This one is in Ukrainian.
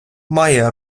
має